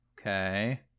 Okay